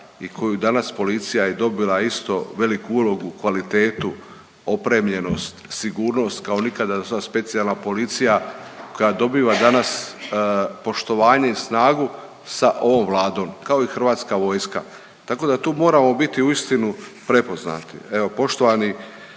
i koju danas policija je dobila isto veliku ulogu, kvalitetu, opremljenost, sigurnost kao nikad do sad, Specijalna policija koja dobiva danas poštovanje i snagu sa ovom Vladom kao i Hrvatska vojska. Tako da tu moramo biti uistinu prepoznati. Evo poštovani